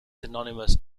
synonymous